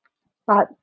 part